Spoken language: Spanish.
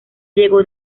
llegó